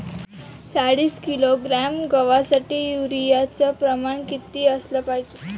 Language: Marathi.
चाळीस किलोग्रॅम गवासाठी यूरिया च प्रमान किती असलं पायजे?